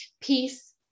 peace